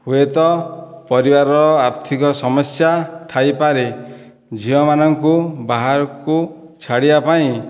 ହୁଏତ ପରିବାରର ଆର୍ଥିକ ସମସ୍ୟା ଥାଇପାରେ ଝିଅମାନଙ୍କୁ ବାହାରକୁ ଛାଡ଼ିବା ପାଇଁ